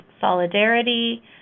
solidarity